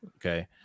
okay